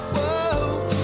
Whoa